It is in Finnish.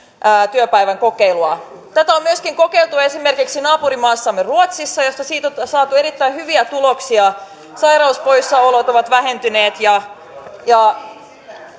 työpäivän kokeilua tätä on myöskin kokeiltu esimerkiksi naapurimaassamme ruotsissa jossa siitä on saatu erittäin hyviä tuloksia sairauspoissaolot ovat vähentyneet ja ja